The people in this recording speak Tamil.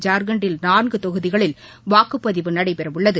ஜார்க்கண்டில் நான்கு தொகுதிகளில் வாக்குப்பதிவு நடைபெறவுள்ளது